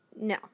No